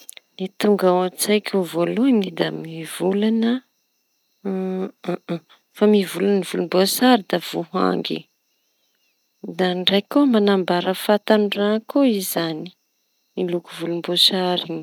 Ny tonga ao an-tsaiko voalohany da mivolaña mivolaña volom-boasary da voangy da ndraiky koa manambara fahatanorana koa izañy loko volomboasary iñy.